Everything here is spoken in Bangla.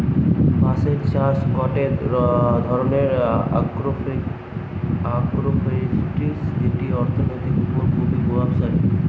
বাঁশের চাষ গটে ধরণের আগ্রোফরেষ্ট্রী যেটি অর্থনীতির ওপর খুবই প্রভাবশালী